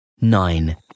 Nine